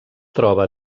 troba